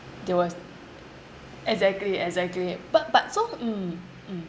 there was exactly exactly but but so mm mm